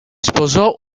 sposò